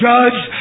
Judge